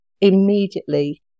immediately